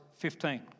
15